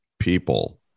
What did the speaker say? people